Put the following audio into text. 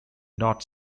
not